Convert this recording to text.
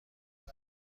بود